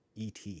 et